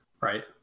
right